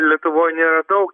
lietuvoj nėra daug